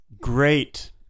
great